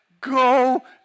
go